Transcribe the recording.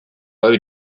very